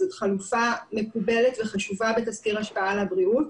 זו חלופה מקובלת וחשובה בתסקיר השפעה על הבריאות,